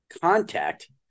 contact